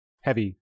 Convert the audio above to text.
heavy